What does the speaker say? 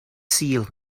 sul